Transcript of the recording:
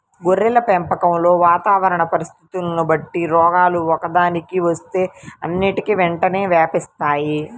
గొర్రెల పెంపకంలో వాతావరణ పరిస్థితులని బట్టి రోగాలు ఒక్కదానికి వస్తే అన్నిటికీ వెంటనే వ్యాపిస్తాయి